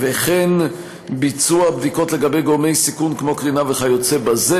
וכן ביצוע בדיקות לגבי גורמי סיכון כמו קרינה וכיוצא בזה.